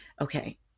Okay